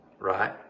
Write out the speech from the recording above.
right